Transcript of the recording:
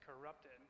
corrupted